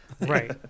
Right